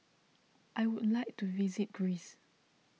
I would like to visit Greece